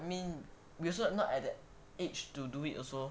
I mean we also not at that age to do it also